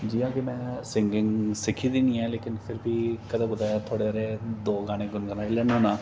जि'यां कि में सिंगिंग सिक्खी दी निं ऐ लेकिन फ्ही बी कदें कुतै थोह्ड़े हारे दो गाने गुन गुनाई लैन्ना होन्ना